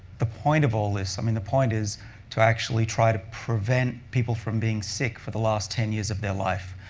the point of all this. i mean, the point is to actually try to prevent people from being sick for the last ten years of their life.